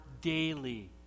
daily